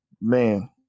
man